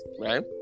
right